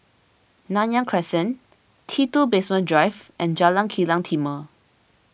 Nanyang Crescent T two Basement Drive and Jalan Kilang Timor